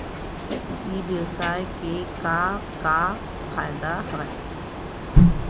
ई व्यवसाय के का का फ़ायदा हवय?